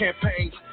campaigns